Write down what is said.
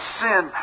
sin